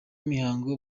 mihango